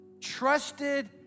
trusted